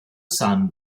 son